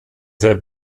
have